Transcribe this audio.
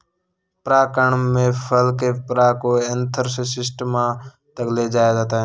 परागण में फल के पराग को एंथर से स्टिग्मा तक ले जाया जाता है